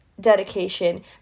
dedication